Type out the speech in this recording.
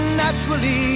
naturally